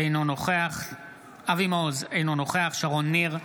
אינו נוכח אבי מעוז, אינו נוכח שרון ניר,